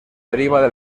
deriva